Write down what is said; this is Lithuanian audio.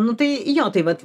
nu tai jo tai vat